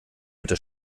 bitte